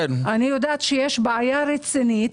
יש בעיה רצינית,